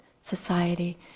society